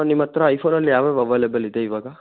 ನಿಮ್ಮ ಹತ್ತಿರ ಐಫೋನಲ್ಲಿ ಯಾವ್ಯಾವ ಅವೈಲೆಬಲ್ ಇದೆ ಇವಾಗ